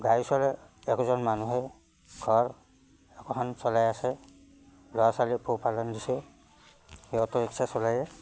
গাড়ী চলাই একোজন মানুহে ঘৰ একোখন চলাই আছে ল'ৰা ছোৱালী পোহপালন দিছে সিহঁতে ৰিক্সা চলায়ে